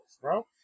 bro